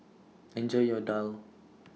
Enjoy your Daal